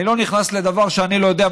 אני לא נכנס לדבר שאני לא יודע,